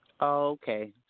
Okay